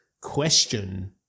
question